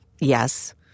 Yes